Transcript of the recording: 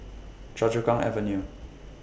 Choa Chu Kang Avenue